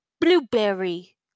blueberry